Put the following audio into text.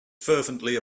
fervently